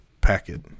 packet